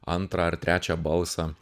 antrą ar trečią balsą